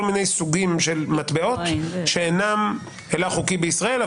מיני סוגים של מטבעות שאינם הילך חוקי בישראל,